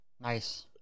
nice